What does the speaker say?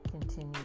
continue